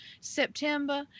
september